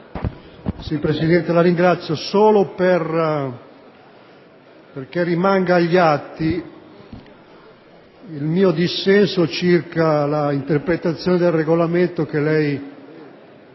Presidente, intervengo perché rimanga agli atti il mio dissenso circa l'interpretazione del Regolamento da lei